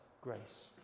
grace